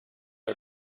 our